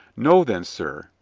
know then, sir,